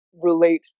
relate